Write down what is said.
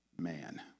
man